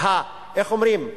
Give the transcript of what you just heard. איך אומרים?